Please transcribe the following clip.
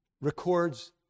records